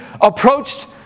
approached